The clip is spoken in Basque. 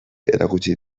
erakutsi